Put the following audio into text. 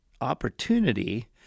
opportunity